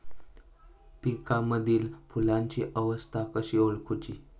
पिकांमदिल फुलांची अवस्था कशी ओळखुची?